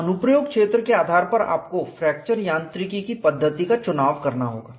तो अनुप्रयोग क्षेत्र के आधार पर आपको फ्रैक्चर यांत्रिकी की पद्धति का चुनाव करना होगा